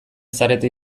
zarete